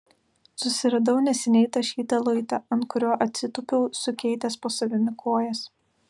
susiradau neseniai tašytą luitą ant kurio atsitūpiau sukeitęs po savimi kojas